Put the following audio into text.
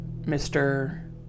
Mr